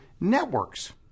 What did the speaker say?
networks